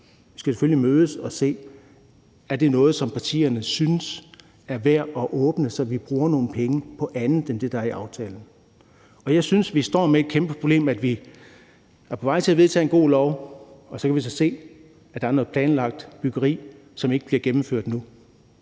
Der skal vi selvfølgelig mødes og se på, om det er noget, som partierne synes er værd at åbne, så vi bruger nogle penge på andet end det, der er i aftalen. Jeg synes, vi står med et kæmpe problem med, at vi er på vej til at vedtage et godt lovforslag, og så kan vi så se, at der er noget planlagt byggeri, som ikke bliver gennemført nu.